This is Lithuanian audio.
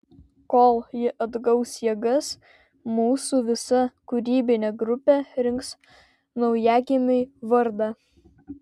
kol ji atgaus jėgas mūsų visa kūrybinė grupė rinks naujagimiui vardą